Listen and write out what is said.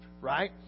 right